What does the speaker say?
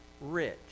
rich